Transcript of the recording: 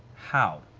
how?